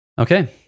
Okay